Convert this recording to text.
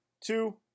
two